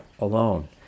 alone